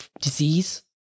disease